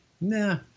nah